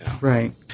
Right